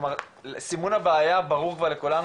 סימון הבעיה ברור כבר לכולנו,